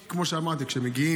כמו שאמרתי, כשמגיעים